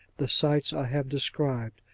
the sights i have described,